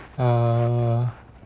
uh